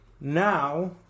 Now